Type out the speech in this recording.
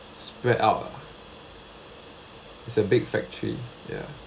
spread out ah it's a big factory ya